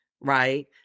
right